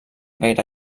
gaire